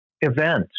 event